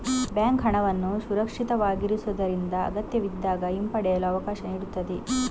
bank ಹಣವನ್ನು ಸುರಕ್ಷಿತವಾಗಿರಿಸುವುದರೊಂದಿಗೆ ಅಗತ್ಯವಿದ್ದಾಗ ಹಿಂಪಡೆಯಲು ಅವಕಾಶ ನೀಡುತ್ತದೆ